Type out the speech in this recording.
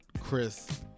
Chris